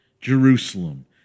Jerusalem